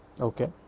Okay